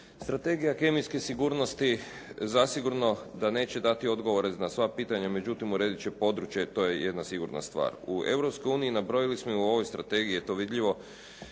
Strategija kemijske sigurnosti zasigurno da neće dati odgovore na sva pitanja, međutim uredit će područje, to je jedna sigurna stvar. U Europskoj uniji nabrojili smo, i u ovoj strategiji je to vidljivo,